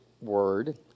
word